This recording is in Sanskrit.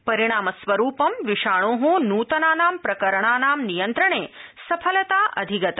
परिणामस्वरूपं विषाणो नूतनानां प्रकरणानां नियन्त्रणे सफलता अधिगता